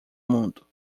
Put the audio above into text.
mundo